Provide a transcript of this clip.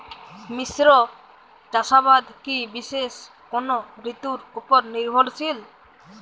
মিশ্র চাষাবাদ কি বিশেষ কোনো ঋতুর ওপর নির্ভরশীল?